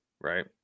right